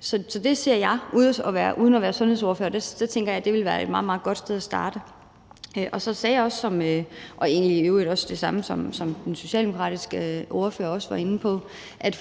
Så det siger jeg uden at være sundhedsordfører, og det tænker jeg ville være et meget, meget godt sted at starte. Så sagde jeg også – og det var egentlig i øvrigt også det samme, som den socialdemokratiske ordfører var inde på – at